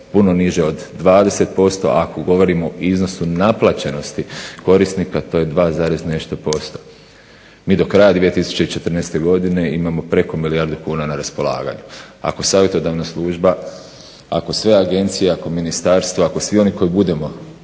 puno niže od 20% ako govorimo o iznosu naplaćenosti korisnika to je 2, nešto posto. Mi do kraja 2014.godine imamo preko milijardu kuna na raspolaganju. Ako savjetodavna služba ako sve agencije i ako ministarstva ako svi oni koji budemo